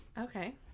Okay